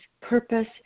purpose